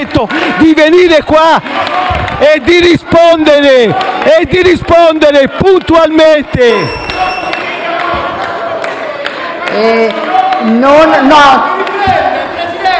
di venire qua e rispondere puntualmente.